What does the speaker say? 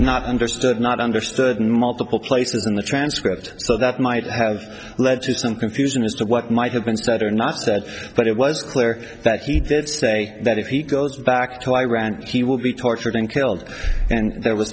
not understood not understood in multiple places in the transcript so that might have led to some confusion as to what might have been stutter not said but it was clear that he did say that if he goes back to iran he will be tortured and killed and there was